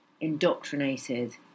indoctrinated